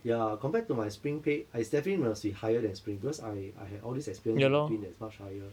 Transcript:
ya compared to my spring pay I is definitely must be higher than spring because I I had all this experience in between that is much higher